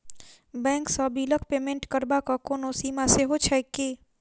Bank सँ बिलक payment करबाक कोनो सीमा सेहो छैक की?